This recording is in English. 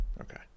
Okay